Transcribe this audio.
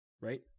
right